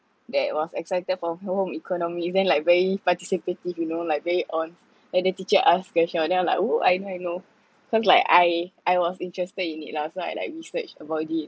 that was excited for home economies then like very participative you know like very on then the teacher ask question then I'm like !woo! I know I know cause like I I was interested in it lah so I like research about it